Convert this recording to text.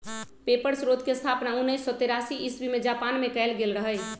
paper स्रोतके स्थापना उनइस सौ तेरासी इस्बी में जापान मे कएल गेल रहइ